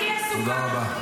תודה רבה.